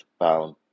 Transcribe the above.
bound